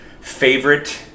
Favorite